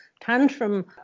tantrum